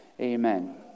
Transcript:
amen